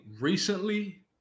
recently